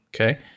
okay